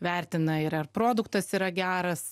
vertina ir ar produktas yra geras